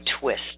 twist